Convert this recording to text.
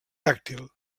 tàctil